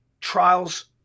trials